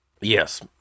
Yes